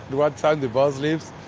what time the bus leaves?